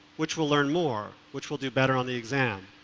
which will learn more? which will do better on the exam?